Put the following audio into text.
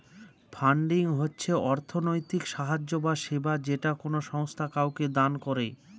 funding হচ্ছে অর্থনৈতিক সাহায্য বা সেবা যেটা কোনো সংস্থা কাউকে দান করে